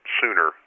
sooner